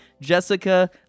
Jessica